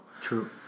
True